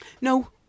No